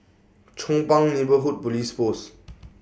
Chong Pang Neighbourhood Police Post